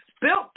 Built